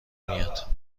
میاد